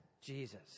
Jesus